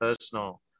personal